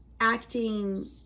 acting